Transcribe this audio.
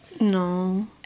No